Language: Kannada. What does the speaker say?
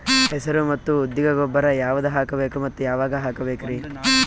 ಹೆಸರು ಮತ್ತು ಉದ್ದಿಗ ಗೊಬ್ಬರ ಯಾವದ ಹಾಕಬೇಕ ಮತ್ತ ಯಾವಾಗ ಹಾಕಬೇಕರಿ?